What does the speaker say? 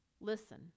listen